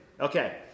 Okay